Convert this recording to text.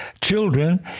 children